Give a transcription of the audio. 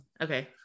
okay